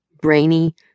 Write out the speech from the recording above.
brainy